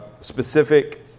specific